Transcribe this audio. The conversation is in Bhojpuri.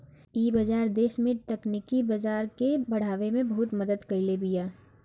इ बाजार देस में तकनीकी बाजार के बढ़ावे में बहुते मदद कईले बिया